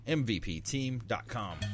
mvpteam.com